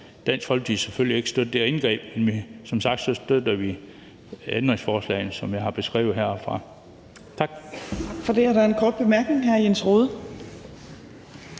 Dansk Folkeparti selvfølgelig ikke støtte det her indgreb, men som sagt støtter vi ændringsforslagene, som jeg har beskrevet heroppefra. Tak.